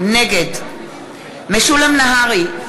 נגד משולם נהרי,